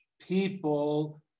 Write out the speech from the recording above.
people